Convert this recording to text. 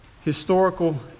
historical